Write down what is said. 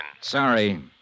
Sorry